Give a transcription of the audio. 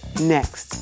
next